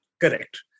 Correct